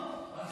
יש